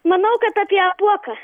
manau kad apie apuoką